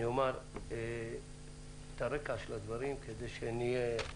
אני אומר את רקע הדברים כדי שנהיה...